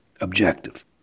objective